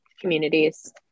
communities